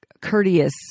courteous